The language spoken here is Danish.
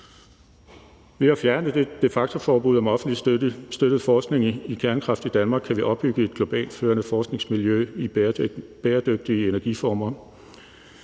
Ved at fjerne det de facto-forbud om offentligt støttet forskning i kernekraft i Danmark kan vi opbygge et globalt førende forskningsmiljø i bæredygtige energiformer.